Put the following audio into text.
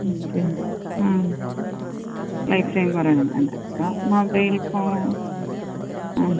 okay ആ പൈസയും കുറെയൊന്നും വേണ്ട അപ്പോള് മൊബൈൽ ഫോണ് ആ